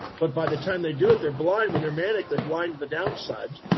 but by the time they do it, they're blind. when they're manic, they're blind to the downsides,